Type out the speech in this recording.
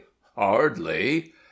hardly